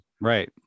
Right